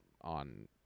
on